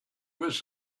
was